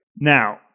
Now